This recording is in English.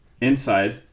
inside